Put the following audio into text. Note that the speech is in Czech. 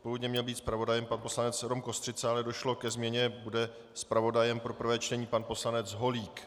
Původně měl být zpravodajem pan poslanec Rom Kostřica, ale došlo ke změně, zpravodajem pro prvé čtení bude pan poslanec Holík.